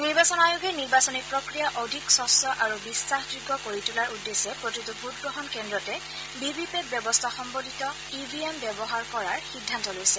নিৰ্বাচন আয়োগে নিৰ্বাচনী প্ৰক্ৰিয়া অধিক স্বছ্ আৰু বিশ্বাসযোগ্য কৰি তোলাৰ উদ্দেশ্যে প্ৰতিটো ভোটগ্ৰহণ কেন্দ্ৰতে ভি ভি পেট ব্যৱস্থা সম্বলিত ই ভি এম ব্যৱহাৰ কৰাৰ সিদ্ধান্ত লৈছে